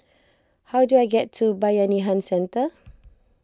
how do I get to Bayanihan Centre